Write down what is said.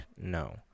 no